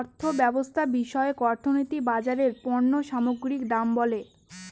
অর্থব্যবস্থা বিষয়ক অর্থনীতি বাজারে পণ্য সামগ্রীর দাম বলে